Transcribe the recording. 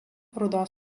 rudos